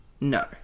No